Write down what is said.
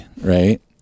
right